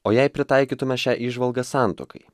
o jei pritaikytume šią įžvalgą santuokai